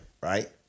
right